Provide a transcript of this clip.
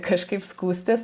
kažkaip skųstis